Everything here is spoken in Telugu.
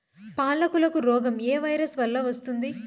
పాలకు రోగం ఏ వైరస్ వల్ల వస్తుంది?